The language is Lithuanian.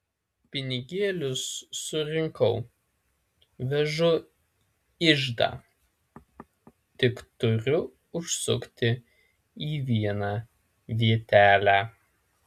pinigėlius surinkau vežu iždą tik turiu užsukti į vieną vietelę